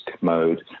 mode